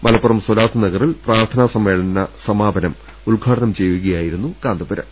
മലപ്പുറം സ്വലാത്ത് നഗറിൽ പ്രാർത്ഥനാ സമ്മേളന സമാപനം ഉദ്ഘാ ടനം ചെയ്യുകയായിരുന്നു കാന്തപുരം